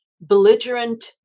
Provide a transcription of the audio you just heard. belligerent